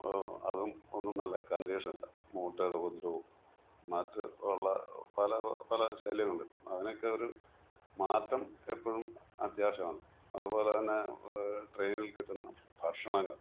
അതും ഒന്നും നല്ല കണ്ടീഷൻ അല്ല മൂട്ടയുടെ ഉപദ്രവവും മറ്റുള്ള പലപല ശല്യങ്ങള് അതിനൊക്കെ ഒരു മാറ്റം എപ്പോഴും അത്യാവശ്യമാണ് അതുപോലെ തന്നെ ട്രെയിനിൽ കിട്ടുന്ന ഭക്ഷണങ്ങൾ